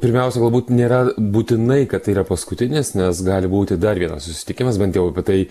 pirmiausia galbūt nėra būtinai kad tai yra paskutinis nes gali būti dar vienas susitikimas bent jau apie tai